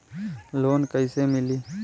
Loan कइसे मिलि?